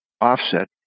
offset